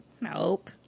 Nope